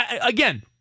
again